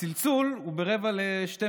הצלצול הוא ב-11:45